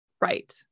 Right